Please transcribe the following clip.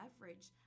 leverage